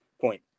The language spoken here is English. point